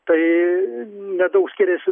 tai nedaug skiriasi